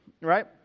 right